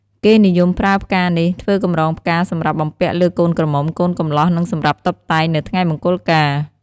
គេនិយមប្រើផ្កានេះ ធ្វើកម្រងផ្កាសម្រាប់បំពាក់លើកូនក្រមុំ កូនកំលោះ និងសម្រាប់តុបតែង នៅថ្ងៃមង្គលការ។